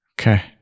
Okay